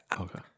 Okay